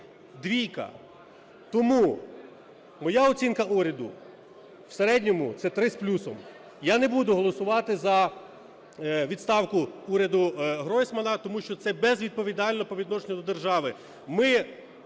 двійка! Тому моя оцінка уряду в середньому це три з плюсом. Я не буду голосувати за відставку уряду Гройсмана, тому що це безвідповідально по відношенню до держави.